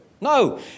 No